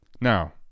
Now